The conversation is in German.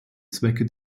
zwecke